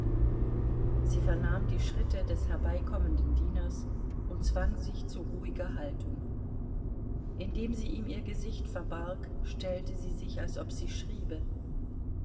sie vernahm die schritte des herbeikommenden dieners und zwang sich zu ruhigerer haltung indem sie ihm ihr gesicht verbarg stellte sie sich als ob sie schriebe